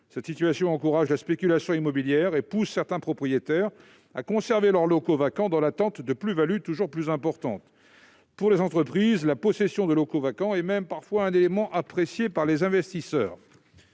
Cette situation encourage la spéculation immobilière et pousse certains propriétaires à conserver leurs locaux vacants dans l'attente de plus-values toujours plus importantes. Pour les entreprises, la possession de locaux vacants est même parfois un élément apprécié par les investisseurs